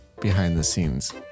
behind-the-scenes